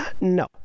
no